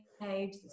page